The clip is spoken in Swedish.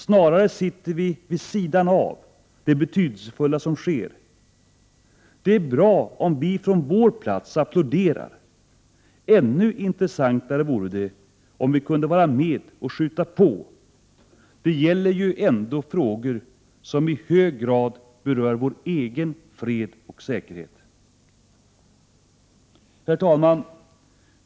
Snarare sitter vi vid sidan av det betydelsefulla som sker. Det är bra om vi från vår plats applåderar. Ännu intressantare vore det, om vi kunde vara med och skjuta på. Det gäller ju ändå frågor som i hög grad berör vår egen fred och säkerhet. Herr talman!